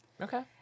Okay